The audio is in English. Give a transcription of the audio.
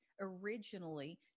originally